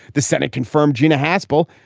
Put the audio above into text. the senate confirmed gina haspel.